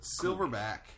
Silverback